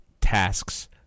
tasks